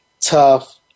tough